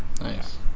Nice